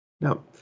Now